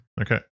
Okay